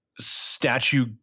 statue